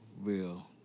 real